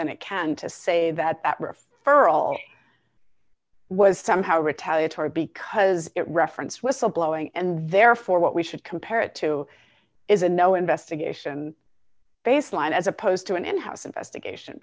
than it can to say that that referral was somehow retaliatory because it referenced whistleblowing and therefore what we should compare it to is a no investigation baseline as opposed to an in house investigation